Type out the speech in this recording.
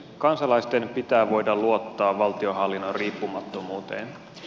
kansalaisten pitää voida luottaa valtionhallinnon riippumattomuuteen